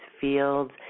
fields